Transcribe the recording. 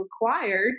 required